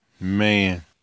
Man